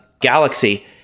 Galaxy